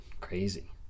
crazy